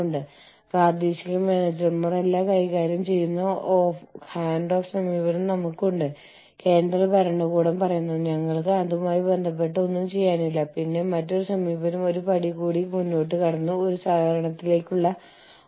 കൂടാതെ ഉഷ്ണമേഖലാ രാജ്യങ്ങളിൽ നിങ്ങളുടെ നിർമ്മാണം മോട്ടോർ ഘടിപ്പിച്ച ഇരുചക്ര വാഹനങ്ങൾ സ്കൂട്ടറുകൾ മോട്ടോർ ബൈക്കുകൾ മോപ്പഡുകൾ മുതലായവ ആകാം